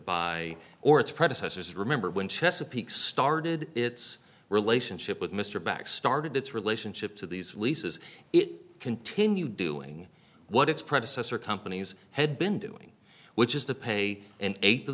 buy or its predecessors remember when chesapeake started its relationship with mr back started its relationship to these leases it continue doing what its predecessor companies had been doing which is to pay in eight of